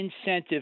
incentive